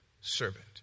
servant